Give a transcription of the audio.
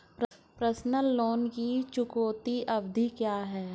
Personal loan की चुकौती अवधि क्या है?